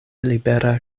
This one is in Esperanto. libera